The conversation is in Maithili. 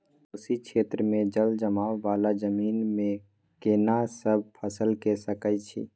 कोशी क्षेत्र मे जलजमाव वाला जमीन मे केना सब फसल के सकय छी?